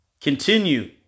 Continue